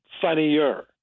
funnier